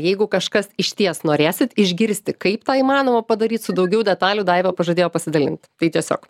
jeigu kažkas išties norėsit išgirsti kaip tą įmanoma padaryt su daugiau detalių daiva pažadėjo pasidalint tai tiesiog